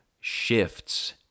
shifts